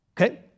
Okay